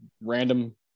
random